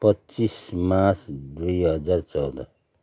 पच्चिस मार्च दुइ हजार चौध